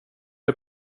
det